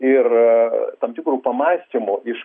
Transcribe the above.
ir tam tikrų pamąstymų iš